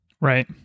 right